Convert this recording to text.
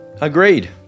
Agreed